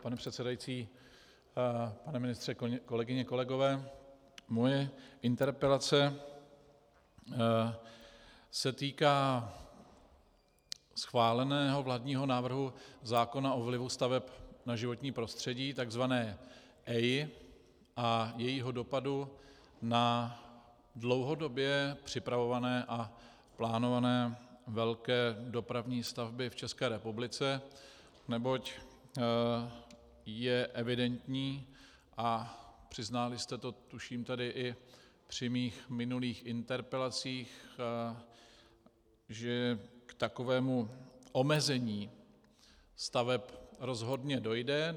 Pane předsedající, pane ministře, kolegyně a kolegové, moje interpelace se týká schváleného vládního návrhu zákona o vlivu staveb na životní prostředí, tzv. EIA a jejího dopadu na dlouhodobě připravované a plánované velké dopravní stavby v České republice, neboť je evidentní, a přiznali jste to tuším i při mých minulých interpelacích, že k takovému omezení staveb rozhodně dojde.